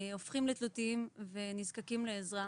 הופכים תלותיים ונזקקים לעזרה.